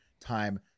time